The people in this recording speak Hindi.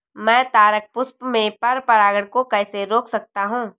मैं तारक पुष्प में पर परागण को कैसे रोक सकता हूँ?